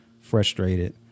frustrated